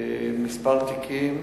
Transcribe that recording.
מספר תיקים?